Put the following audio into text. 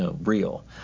real